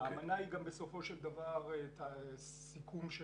האמנה היא גם בסופו של דבר סיכום של